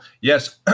yes